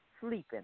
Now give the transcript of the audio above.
sleeping